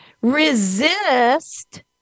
Resist